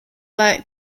like